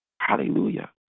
Hallelujah